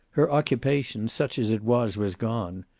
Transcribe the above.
her occupation, such as it was, was gone.